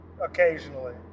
occasionally